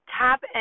tap